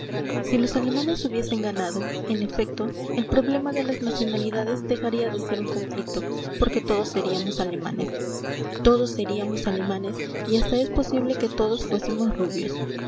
si los alemanes hubiesen ganado en efecto el problema de las nacionalidades dejaría de ser un conflicto porque todos seríamos alemanes todos seríamos alemanes y hasta es posible que todos fuésemos rubios